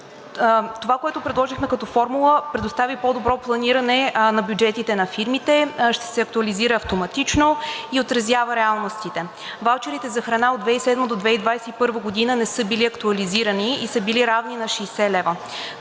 Това, което предложихме като формула, предоставя и по-добро планиране на бюджетите на фирмите, ще се актуализира автоматично и отразява реалностите. Ваучерите за храна от 2007-а до 2021 г. не са били актуализирани и са били равни на 60 лв.